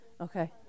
Okay